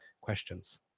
questions